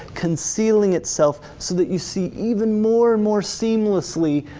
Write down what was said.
concealing itself, so that you see even more and more seamlessly,